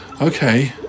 Okay